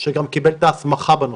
שקיבל את ההסמכה בנושא.